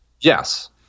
Yes